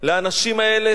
לאנשים האלה,